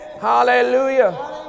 Hallelujah